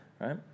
right